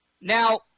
Now